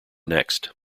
next